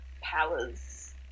powers